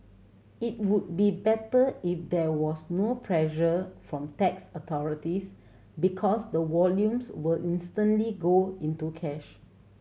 it would be better if there was no pressure from tax authorities because the volumes will instantly go into cash